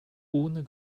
ohne